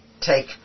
take